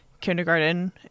kindergarten